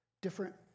different